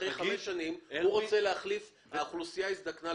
אחרי חמש שנים האוכלוסייה הזדקנה,